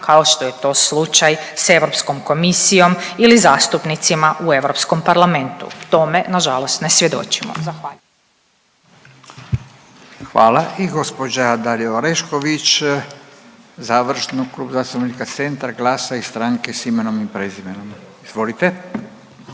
kao što je to slučaj s Europskom komisijom ili zastupnicima u Europskom parlamentu. Tome nažalost ne svjedočimo. Zahvaljujem. **Radin, Furio (Nezavisni)** Hvala. I gospođa Dalija Orešković završno Klub zastupnika Centra, GLAS-a i Stranke s imenom i prezimenom. Izvolite.